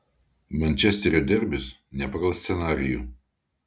mančesterio derbis ne pagal scenarijų